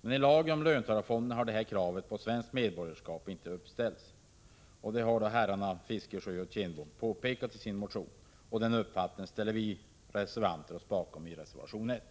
Men i lagen om löntagarfonderna har kravet på svenskt medborgarskap inte uppställts. Detta har herrar Fiskesjö och Kindbom påpekat i sin motion. I reservation 1 stöder vi reservanter denna uppfattning.